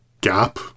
gap